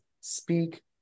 speak